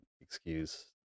excuse